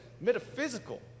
metaphysical